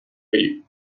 faith